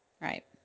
Right